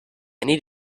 need